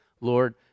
Lord